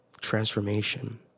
transformation